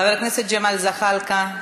חבר הכנסת ג'מאל זחאלקה,